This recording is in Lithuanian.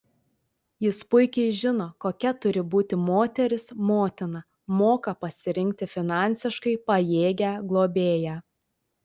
jis puikiai žino kokia turi būti moteris motina moka pasirinkti finansiškai pajėgią globėją